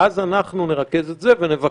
אז נרכז את זה ונבקש